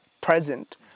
present